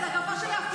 לא כואב לך?